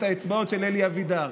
את האצבעות של אלי אבידר,